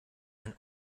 ein